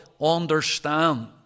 understand